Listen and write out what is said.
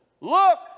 look